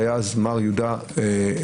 שהיה אז מר יהודה כדורי,